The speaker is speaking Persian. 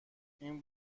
این